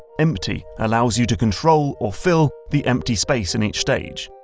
empty allows you to control or fill the empty space in each stage.